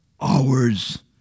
hours